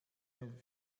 man